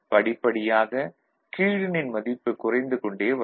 படிப்படியாக கீழெண்ணின் மதிப்பு குறைந்து கொண்டே வரும்